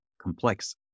complex